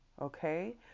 okay